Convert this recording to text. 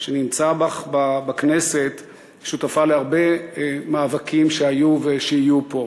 שנמצא בך בכנסת שותפה להרבה מאבקים שהיו ושיהיו פה.